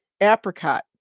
apricot